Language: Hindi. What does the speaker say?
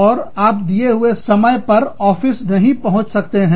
और आप दिए हुए समय पर ऑफ़िस नहीं पहुंच सकते हैं